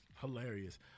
hilarious